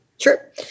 Sure